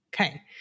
Okay